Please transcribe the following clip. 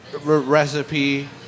recipe